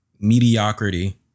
Mediocrity